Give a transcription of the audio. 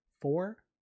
Four